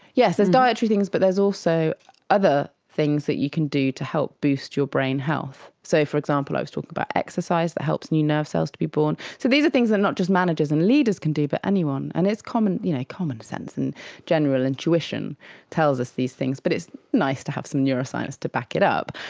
yes, there's dietary things but there's also other things that you can do to help boost your brain health. so, for example, i was talking about exercise that helps new nerve cells to be born. so these are things that not just managers and leaders can do but anyone, and it's common you know common sense and general intuition tells us these things, but it's nice to have some neuroscience to back it up.